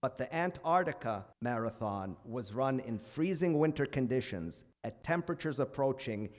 but the ant arctic marathon was run in freezing winter conditions at temperatures approaching